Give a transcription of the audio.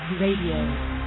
Radio